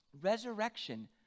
Resurrection